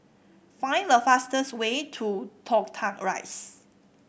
find the fastest way to Toh Tuck Rise